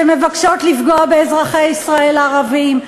שמבקשות לפגוע באזרחי ישראל הערבים,